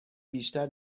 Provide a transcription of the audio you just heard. بیشتر